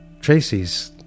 Tracy's